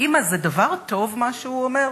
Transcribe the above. אמא, זה דבר טוב מה שהוא אומר,